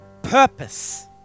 Purpose